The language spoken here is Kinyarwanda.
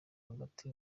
hagati